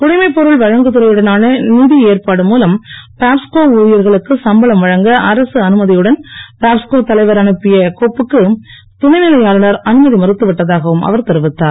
குடிமைப்பொருள் வழங்கு துறையுடனான நிதி ஏற்பாடு மூலம் பாப்ஸ்கோ ஊழியர்களுக்கு சம்பளம் வழங்க அரசு அனுமதியுடன் பாப்ஸ்கோ தலைவர் அனுப்பிய கோப்புக்கு துணைநிலை ஆளுநர் அனுமதி மறுத்து விட்டதாகவும் அவர் தெரிவித்தார்